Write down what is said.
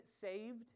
saved